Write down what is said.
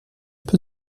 peu